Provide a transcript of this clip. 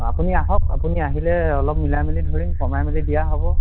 অঁ আপুনি আহক আপুনি আহিলে অলপ মিলাই মেলি ধৰিম কমাই মেলি দিয়া হ'ব